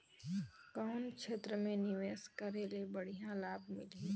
कौन क्षेत्र मे निवेश करे ले बढ़िया लाभ मिलही?